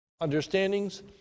understandings